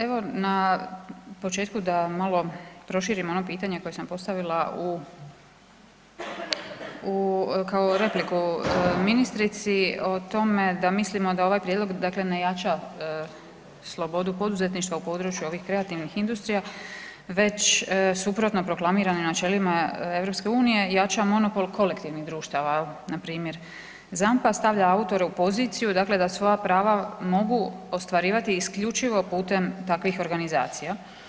Evo početku da malo proširim ono pitanje koje sam po stavila kao repliku ministrici o tome da mislimo da ovaj prijedlog ne jača slobodu poduzetništva u području ovih kreativnih industrija već suprotno proklamirano načelima EU jača monopol kolektivnih društava npr. ZAMP-a stavlja autore u poziciju da svoja prava mogu ostvarivati isključivo putem takvih organizacija.